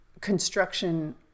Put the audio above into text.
construction